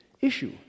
issue